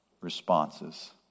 responses